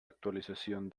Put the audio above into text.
actualización